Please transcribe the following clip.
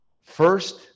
first